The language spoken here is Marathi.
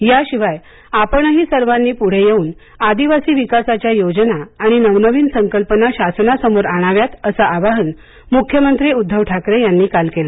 याशिवाय आपणही सर्वांनी पुढे येऊन आदिवासी विकासाच्या योजना आणि नवनवीन संकल्पना शासनासमोर आणाव्यात असं आवाहन मुख्यमंत्री उद्दव ठाकरे यांनी काल केलं